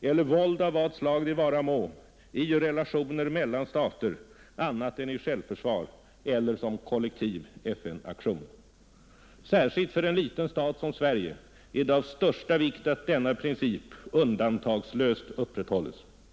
eller våld av vad slag det vara må, i relationer mellan stater annat än i självförsvar eller som kollektiv FN-aktion. Särskilt för en liten stat som Sverige är det av största vikt att denna princip undantagslöst upprätthålles.